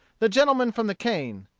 the gentleman from the cane.